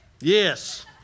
Yes